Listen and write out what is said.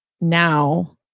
now